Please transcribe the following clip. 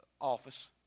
office